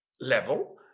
level